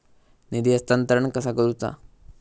निधी हस्तांतरण कसा करुचा?